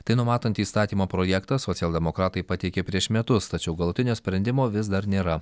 tai numatantį įstatymo projektą socialdemokratai pateikė prieš metus tačiau galutinio sprendimo vis dar nėra